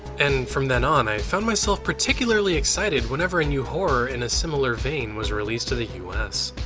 and from then on, i found myself particularly excited whenever a new horror in a similar vein was released to the u s.